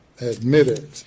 admitted